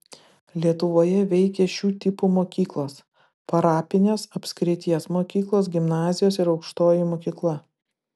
lietuvoje veikė šių tipų mokyklos parapinės apskrities mokyklos gimnazijos ir aukštoji mokykla